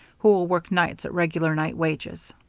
who'll work nights at regular night wages.